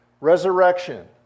Resurrection